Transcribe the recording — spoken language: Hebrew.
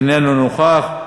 איננו נוכח,